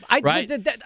Right